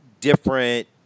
different